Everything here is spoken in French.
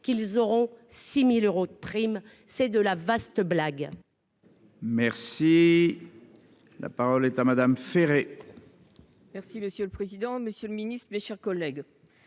qu'ils auront 6 000 euros de primes. C'est une vaste blague